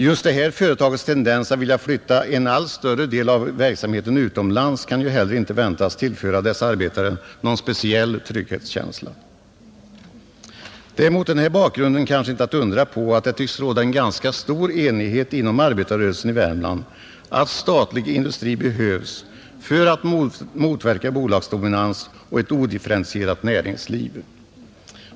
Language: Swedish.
Just det här företagets tendens att vilja flytta en allt större del av verksamheten utomlands kan heller inte väntas tillföra dessa arbetare någon speciell trygghetskänsla, Det är mot den här bakgrunden kanske inte att undra på att det tycks råda en ganska stor enighet inom arbetarrörelsen i Värmland om att statlig industri behövs för att motverka bolagsdominans och ett odifferentierat näringsliv.